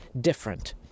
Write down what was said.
different